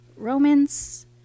Romans